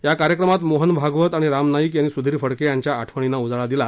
या कार्यक्रमात मोहन भागवत आणि राम नाईक यांनी सुधीर फडके यांच्या आठवणींना उजाळा दिला